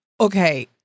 okay